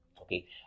Okay